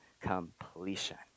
completion